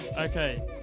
Okay